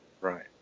Right